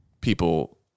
people